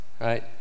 right